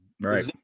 Right